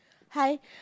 hi